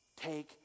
take